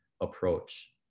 approach